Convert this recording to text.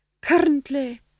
Currently